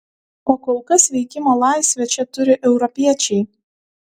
o kol kas veikimo laisvę čia turi europiečiai